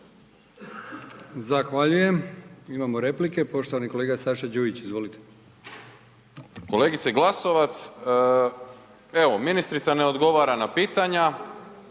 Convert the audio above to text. Zahvaljujem. Imamo replike. Poštovani kolega Saša Đujić. Izvolite. **Đujić, Saša (SDP)** Kolegice Glasovac, evo ministrica ne odgovara na pitanja,